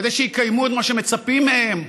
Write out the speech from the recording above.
כדי שיקיימו את מה שמצפים מהם,